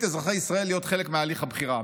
אזרחי ישראל להיות חלק מהליך הבחירה.